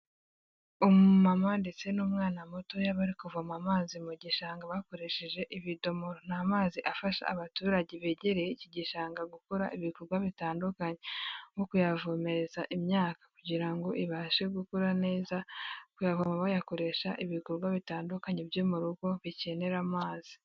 Umumama ndetse n'umwana mutoya bari kuvoma amazi mu gishanga bakoresheje ibidomoro. Ni amazi afasha abaturage begereye iki gishanga gukora ibikorwa bitandukanye nko kuyavomereza imyaka kugirango ibashe gukura neza, kuyavoma bayakoresha ibikorwa bitandukanye byo mu rugo bikenera amazi.